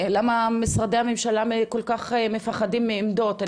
למה משרדי הממשלה, כל כך מפחדים מעמדות.